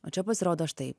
o čia pasirodo štai